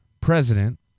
president